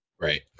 right